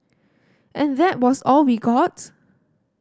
and that was all we got